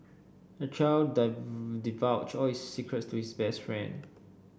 the child divulged all his secrets to his best friend